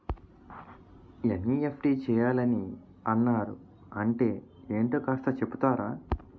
NEFT చేయాలని అన్నారు అంటే ఏంటో కాస్త చెపుతారా?